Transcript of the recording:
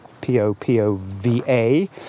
P-O-P-O-V-A